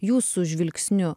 jūsų žvilgsniu